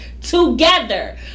together